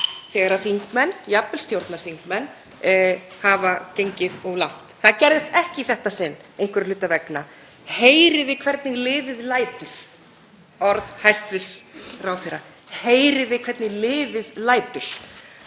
þegar þingmenn, jafnvel stjórnarþingmenn, hafa gengið of langt. Það gerðist ekki í þetta sinn einhverra hluta vegna. Heyrið þið hvernig liðið lætur? Orð hæstv. ráðherra. Heyrið þið hvernig liðið lætur?